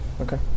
Okay